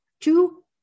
two